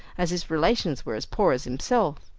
as his relations were as poor as himself.